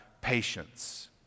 patience